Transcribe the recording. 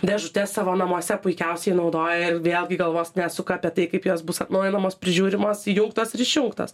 dėžutę savo namuose puikiausiai naudoja ir vėlgi galvos nesuka apie tai kaip jos bus atnaujinamos prižiūrimos įjungtos ir išjungtos